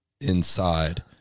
inside